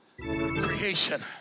creation